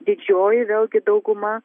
didžioji vėlgi dauguma